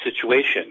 situation